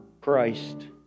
Christ